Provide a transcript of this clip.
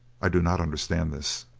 i do not understand this.